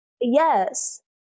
Yes